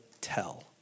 tell